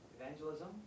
Evangelism